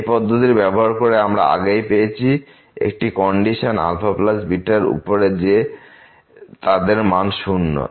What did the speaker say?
এই পদ্ধতি ব্যবহার করে আমরা আগেই পেয়েছি একটি কন্ডিশন αβ র উপরে যে তাদের মান শূন্য